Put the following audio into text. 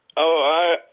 oh,